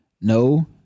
no